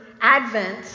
Advent